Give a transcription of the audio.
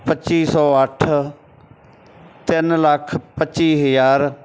ਪੱਚੀ ਸੌ ਅੱਠ ਤਿੰਨ ਲੱਖ ਪੱਚੀ ਹਜ਼ਾਰ